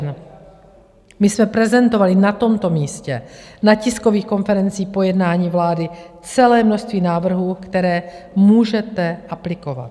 My jsme prezentovali na tomto místě, na tiskových konferencích po jednání vlády celé množství návrhů, které můžete aplikovat.